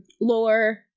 lore